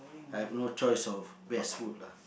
I have no choice of best food lah